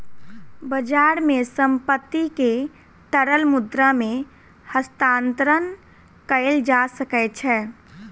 बजार मे संपत्ति के तरल मुद्रा मे हस्तांतरण कयल जा सकै छै